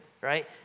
Right